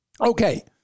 okay